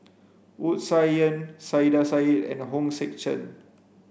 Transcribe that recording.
Wu Tsai Yen Saiedah Said and Hong Sek Chern